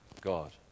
God